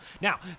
Now